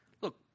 Look